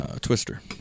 Twister